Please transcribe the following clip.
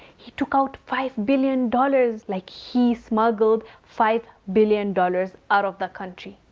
he took out five billion dollars. like he smuggled five billion dollars out of the country.